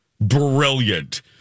brilliant